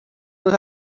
los